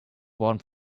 warrant